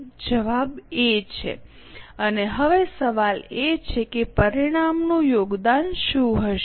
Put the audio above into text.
જવાબ એ છે અને હવે સવાલ એ છે કે પરિણામનું યોગદાન શું હશે